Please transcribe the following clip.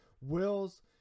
Wills